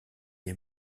est